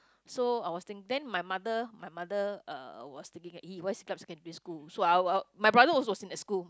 so I was think my mother my mother uh was thinking !ee! why siglap secondary school so I wa~ wa~ my brother was also in that school